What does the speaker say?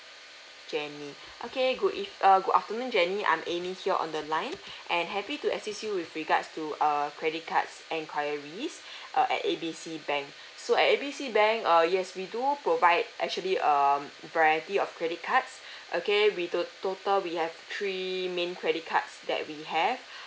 jenny okay good eve~ err good afternoon jenny I'm amy here on the line and happy to assist you with regards to err credit cards enquiries uh at A B C bank so at A B C bank err yes we do provide actually um variety of credit cards okay we to~ total we have three main credit cards that we have